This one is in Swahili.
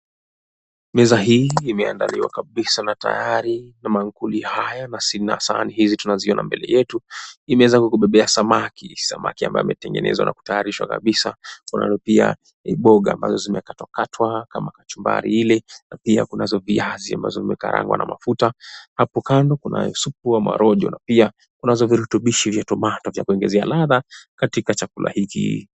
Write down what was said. Meza hii imeandaliwa kabisa na tayari ina maankuli haya na sahani hizi tunaziona mbele yetu. Imeweza kukubebea samaki; samaki ambaye ameandaliwa na kutayarishwa kabisa. Kunayo pia miboga ambayo imekatwakatwa kama kachumbari ile na pia kunazo viazi ambazo zimekarangwa na mafuta. Hapo kando kunayo supu ama rojo na pia kunavyo virutubishi vya tomato vya kuongeza ladha katika chakula hiki.